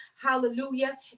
hallelujah